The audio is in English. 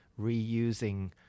reusing